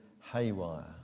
haywire